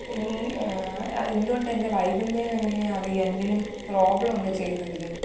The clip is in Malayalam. ഇപ്പം ഇനി ഈ അത് എന്തുകൊണ്ട് എൻ്റെ വൈകുന്നത് എന്ന് എങ്ങനെയാ അറിയുക എന്തെങ്കിലും പ്രോബ്ളൂണ്ടോ ചെയ്തതിൽ